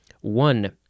One